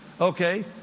Okay